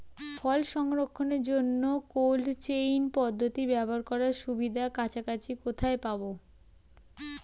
ফল সংরক্ষণের জন্য cold chain পদ্ধতি ব্যবহার করার সুবিধা কাছাকাছি কোথায় পাবো?